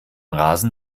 rasen